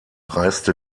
reiste